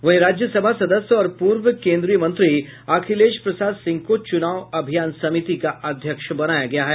वहीं राज्य सभा सदस्य और पूर्व केन्द्रीय मंत्री अखिलेश प्रसाद सिंह को चुनाव अभियान समिति का अध्यक्ष बनाया गया है